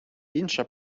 інша